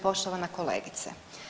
Poštovana kolegice.